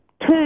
two